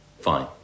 fine